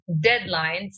deadlines